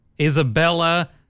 Isabella